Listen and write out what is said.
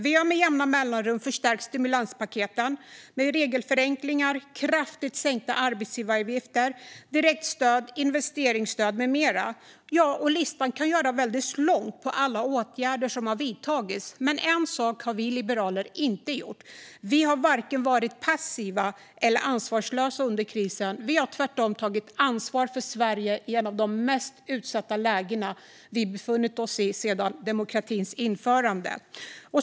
Vi har med jämna mellanrum förstärkt stimulanspaketen med regelförenklingar, kraftigt sänkta arbetsgivaravgifter, direktstöd, investeringsstöd med mera. Listan kan göras väldigt lång över alla åtgärder som har vidtagits. Men en sak har vi liberaler inte gjort. Vi har varken varit passiva eller ansvarslösa under krisen. Vi har tvärtom tagit ansvar för Sverige igenom de mest utsatta lägena som vi har befunnit oss i sedan demokratins införande.